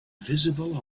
visible